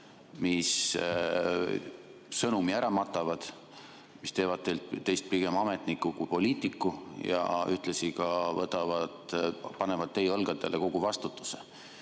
mis sõnumi ära matavad, mis teevad teist pigem ametniku kui poliitiku ja ühtlasi panevad teie õlgadele kogu vastutuse